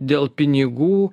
dėl pinigų